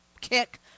kick